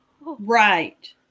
Right